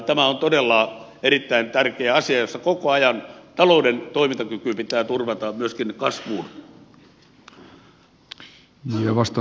tämä on todella erittäin tärkeä asia jossa koko ajan talouden toimintakyky pitää turvata myöskin kasvuun